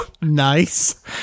Nice